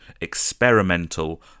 experimental